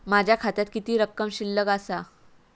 माझ्या खात्यात किती रक्कम शिल्लक आसा?